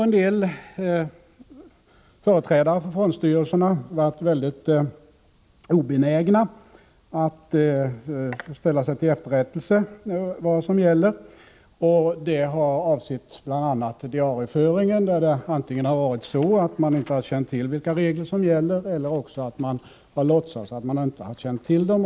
En del företrädare för fondstyrelserna har varit väldigt obenägna att ställa sig gällande regler till efterrättelse. Det har avsett bl.a. diarieföringen, där det antingen varit så att man inte känt till vilka regler som gäller eller också har man låtsats att man inte känt till dem.